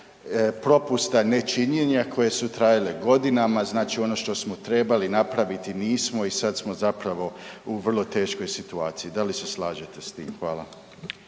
propusta nečinjena koje su trajale godinama, znači ono što smo trebali napraviti nismo i sad smo zapravo u vrlo teškoj situaciji, da li se slažete s tim? Hvala.